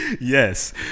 Yes